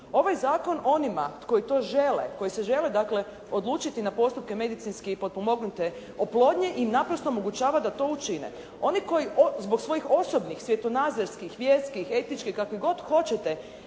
Ovaj zakon onima koji to žele, koji se žele dakle odlučiti na postupke medicinski potpomognute oplodnje i naprosto omogućava da to učine. Oni koji zbog svojih osobnih svjetonazorskih, vjerskih, etičkih kako god hoćete